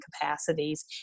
capacities